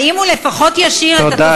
האם הוא לפחות ישאיר, תודה, חברת הכנסת גרמן.